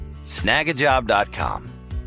Snagajob.com